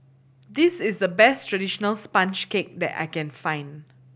this is the best traditional sponge cake that I can find